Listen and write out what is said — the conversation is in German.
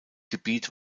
gebiet